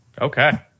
okay